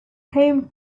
home